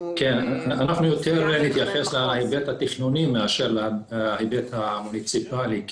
אנחנו יותר נתייחס להיבט התכנוני מאשר להיבט המוניציפאלי,